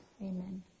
Amen